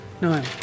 no